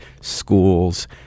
schools